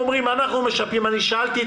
דבי, אני אומר לך סתם, כי אתם,